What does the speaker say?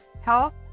health